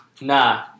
nah